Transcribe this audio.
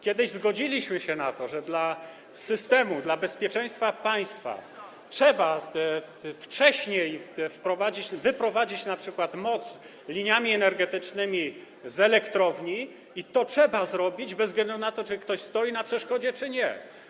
Kiedyś zgodziliśmy się na to, że dla systemu, dla bezpieczeństwa państwa trzeba wcześniej wprowadzić... wyprowadzić np. moc liniami energetycznymi z elektrowni, i to trzeba zrobić bez względu na to, czy ktoś stoi na przeszkodzie, czy nie.